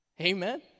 Amen